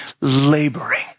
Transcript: laboring